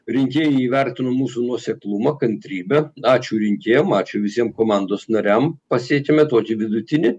rinkėjai įvertino mūsų nuoseklumą kantrybę ačiū rinkėjam ačiū visiem komandos nariam pasiekėme tokį vidutinį